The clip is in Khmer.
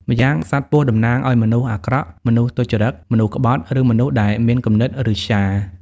ម្យ៉ាងសត្វពស់តំណាងឲ្យមនុស្សអាក្រក់ មនុស្សទុច្ចរិត មនុស្សក្បត់ ឬមនុស្សដែលមានគំនិតឫស្យា។